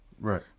right